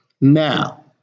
now